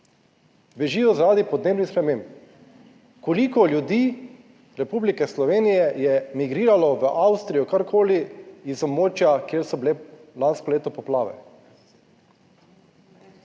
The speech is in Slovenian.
Bežijo, zaradi podnebnih sprememb. Koliko ljudi Republike Slovenije je migriralo v Avstrijo? Karkoli iz območja, kjer so bile lansko leto poplave.